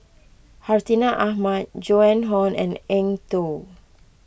Hartinah Ahmad Joan Hon and Eng Tow